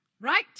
Right